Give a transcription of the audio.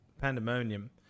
pandemonium